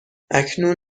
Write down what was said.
اکنون